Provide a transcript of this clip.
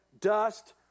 dust